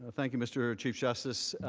thank you mr. chief justice.